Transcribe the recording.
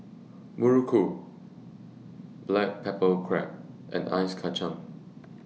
Muruku Black Pepper Crab and Ice Kachang